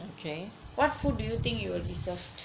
what food do you think you will deserve